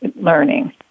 learning